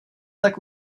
tak